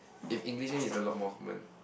if English name is a lot more common